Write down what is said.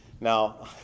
now